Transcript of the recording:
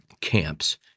camps